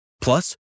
Plus